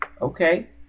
okay